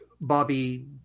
Bobby